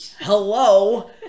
Hello